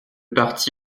parti